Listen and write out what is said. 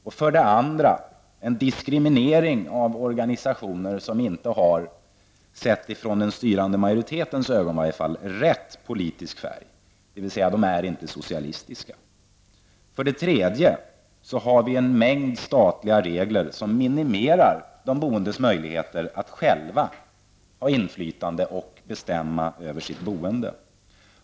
Ett annat huvudområde är en diskriminering av organisationer som -- i vart fall inte i den styrande majoritetens ögon -- inte har rätt politisk färg. De är alltså inte socialistiska. Vi har vidare en mängd statliga regler som minimerar de boendes möjligheter att själva utöva inflytande och bestämma över sitt boende.